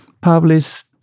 published